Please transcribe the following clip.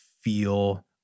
feel